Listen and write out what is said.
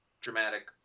dramatic